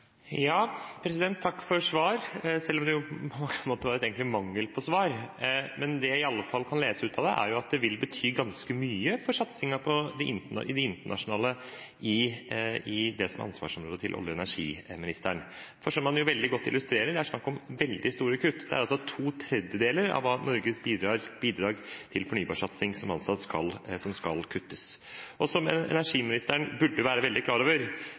Takk for svaret, selv om det egentlig var mangel på svar. Det jeg i alle fall kan lese ut av det, er at det vil bety ganske mye for satsingen på det internasjonale i det som er ansvarsområdet til olje- og energiministeren. For som han veldig godt illustrerer, er det snakk om veldig store kutt. Det er altså to tredjedeler av Norges bidrag til fornybarsatsing som skal kuttes. Som olje- og energiministeren burde være veldig klar over,